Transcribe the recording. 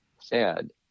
Sad